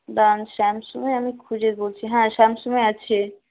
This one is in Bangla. দাঁড়ান স্যামসঙে আমি খুঁজে বলছি হ্যাঁ স্যামসঙে আছে